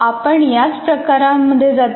आपण याच प्रकारांमध्ये का जातो